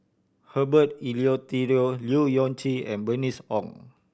Herbert Eleuterio Leu Yew Chye and Bernice Ong